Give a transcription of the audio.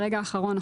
ברגע האחרון,